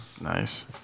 Nice